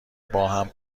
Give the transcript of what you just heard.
باهم